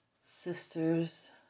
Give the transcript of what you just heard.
sisters